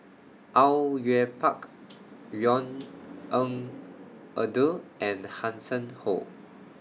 Au Yue Pak Yvonne Ng Uhde and Hanson Ho